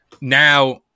Now